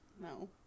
no